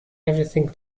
everything